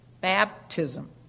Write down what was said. baptism